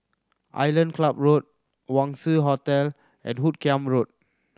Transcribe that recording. Island Club Road Wangz Hotel and Hoot Kiam Road